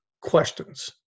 questions